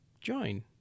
join